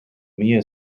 mia